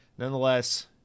Nonetheless